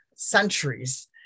centuries